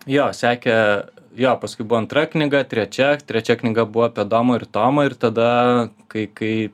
jo sekė jo paskui buvo antra knyga trečia trečia knyga buvo apie domą ir tomą ir tada kai kai